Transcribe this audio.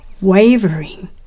wavering